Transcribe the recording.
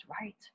right